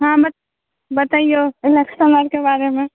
हाँ बऽ बतैऔ इलेक्शन आरके बारेमे